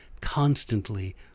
constantly